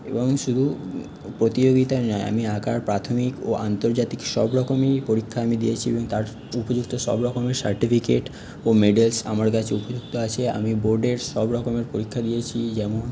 এবং শুধু প্রতিযোগিতাই নয় আমি আঁকার প্রাথমিক ও আন্তর্জাতিক সব রকমই পরীক্ষা আমি দিয়েছি এবং তার উপযুক্ত সব রকমের সার্টিফিকেট ও মেডেলস আমার কাছে উপযুক্ত আছে আমি বোর্ডের সব রকমের পরীক্ষা দিয়েছি যেমন